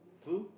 who